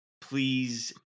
Please